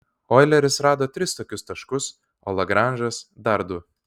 oileris rado tris tokius taškus o lagranžas dar du